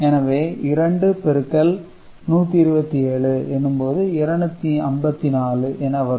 எனவே 2 பெருக்கல் 127 எனும்போது 254 என வரும்